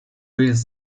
jest